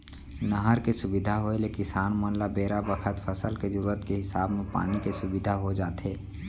नहर के सुबिधा होय ले किसान मन ल बेरा बखत फसल के जरूरत के हिसाब म पानी के सुबिधा हो जाथे